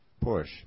push